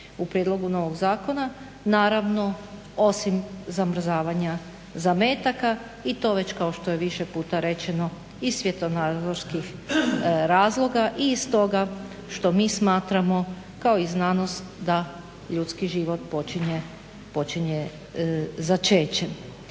u prijedlogu novog zakona naravno osim zamrzavanja zametaka i to već kao što je više puta rečeno i svjetonazorskih razloga i iz toga što mi smatramo kao i znanost da ljudski život počinje začećem.